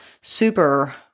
super